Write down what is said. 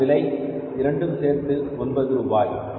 அதன் விலை இரண்டும் சேர்த்து ஒன்பது ரூபாய்